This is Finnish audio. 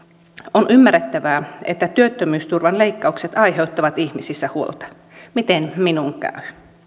on ymmärrettävää että työttömyysturvan leikkaukset aiheuttavat ihmisissä huolta miten minun käy